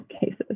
cases